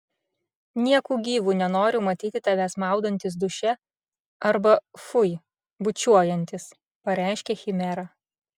nieku gyvu nenoriu matyti tavęs maudantis duše arba fui bučiuojantis pareiškė chimera